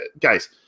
guys